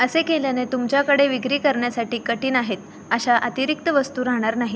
असे केल्याने तुमच्याकडे विक्री करण्यासाठी कठीण आहेत अशा अतिरिक्त वस्तू राहणार नाहीत